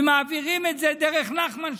ומעבירים את זה דרך נחמן שי,